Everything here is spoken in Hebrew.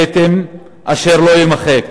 כתם שלא יימחק